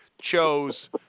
chose